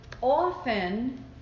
often